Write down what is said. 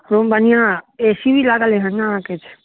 खूब बढ़िआँ A C भी लागल है ने अहाँके